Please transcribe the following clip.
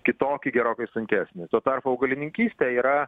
kitokį gerokai sunkesnį tuo tarpu augalininkystė yra